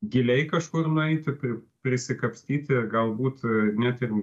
giliai kažkur nueiti pri prisikapstyti galbūt net ir